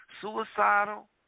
suicidal